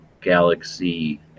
Galaxy